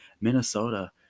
Minnesota